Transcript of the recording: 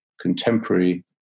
contemporary